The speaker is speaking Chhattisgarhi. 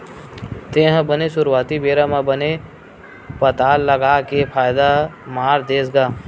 तेहा बने सुरुवाती बेरा म बने पताल लगा के फायदा मार देस गा?